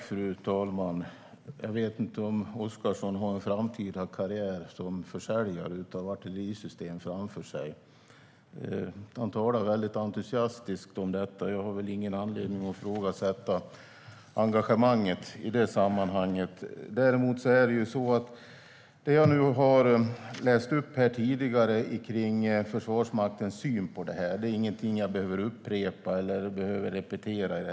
Fru talman! Jag vet inte om Oscarsson har en framtida karriär som försäljare av artillerisystem framför sig. Han talar väldigt entusiastiskt om detta, och jag har ingen anledning att ifrågasätta engagemanget. Det jag läste upp tidigare om Försvarsmaktens syn på detta är ingenting jag behöver upprepa.